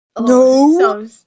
No